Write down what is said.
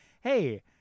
hey-